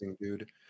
dude